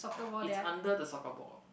is under the soccer ball